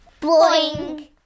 Boing